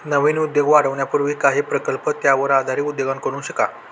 नवीन उद्योग वाढवण्यापूर्वी काही प्रकल्प त्यावर आधारित उद्योगांकडून शिका